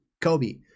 Kobe